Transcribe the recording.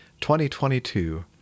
2022